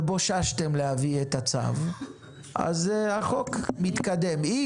ובוששתם להביא את הצו, אז החוק מתקדם.